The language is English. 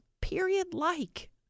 period-like